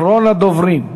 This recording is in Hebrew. אחרון הדוברים.